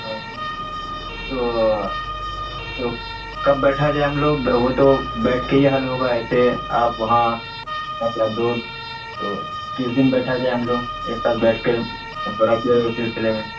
ہاں تو تو کب بیٹھا جائے ہم لوگ وہ تو بیٹھ کے ہی حل ہوگا ایسے آپ وہاں اتنا دور تو کس دن بیٹھا جائے ہم لوگ ایک ساتھ بیٹھ کر مشورہ کیا جائے اس سلسلے میں